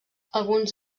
alguns